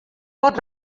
pot